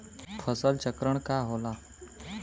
फसल चक्रण का होला?